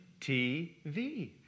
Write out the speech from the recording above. TV